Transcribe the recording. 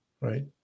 right